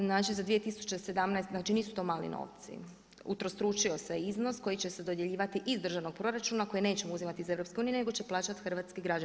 Znači za 2017., znači nisu to mali novci, utrostručio se iznos koji će se dodjeljivati iz državnog proračuna, koji nećemo uzimati iz EU nego će plaćati hrvatski građani.